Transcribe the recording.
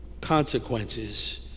consequences